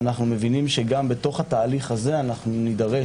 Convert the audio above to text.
אנו מבינים שגם בתוך התהליך הזה נידרש